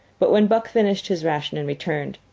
but when buck finished his ration and returned,